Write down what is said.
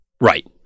Right